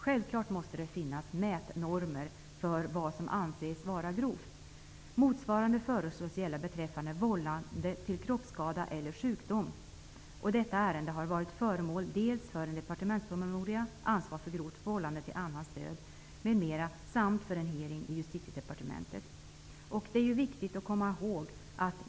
Det måste självfallet finnas mätnormer för vad som anses vara grovt. Motsvarande regler föreslås gälla beträffande vållande till kroppsskada eller sjukdom. Detta ärende har tagits upp dels i en departementspromemoria med rubriken Ansvar för grovt vållande till annans död m.m. och dels varit föremål för en hearing i Justitiedepartementet.